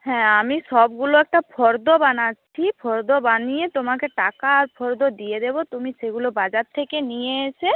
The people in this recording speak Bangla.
হ্যাঁ আমি সবগুলো একটা ফর্দ বানাচ্ছি ফর্দ বানিয়ে তোমাকে টাকা আর ফর্দ দিয়ে দেবো তুমি সেগুলো বাজার থেকে নিয়ে এসে